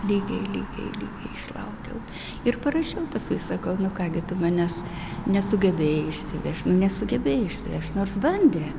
lygiai lygiai lygiai išlaukiau ir parašiau paskui sakau nu ką gi tu manęs nesugebėjai išsivežt nu nesugebėjai išsivežt nors bandė